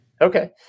Okay